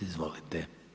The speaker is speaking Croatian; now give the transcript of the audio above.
Izvolite.